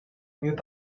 mieux